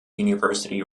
university